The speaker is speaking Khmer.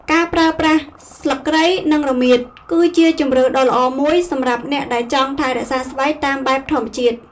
ការប្រើប្រាស់ស្លឹកគ្រៃ និងរមៀត គឺជាជម្រើសដ៏ល្អមួយសម្រាប់អ្នកដែលចង់ថែរក្សាស្បែកតាមបែបធម្មជាតិ។